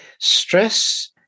Stress